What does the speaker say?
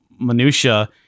minutiae